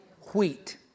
Wheat